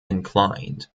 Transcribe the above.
inclined